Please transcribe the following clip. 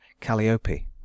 Calliope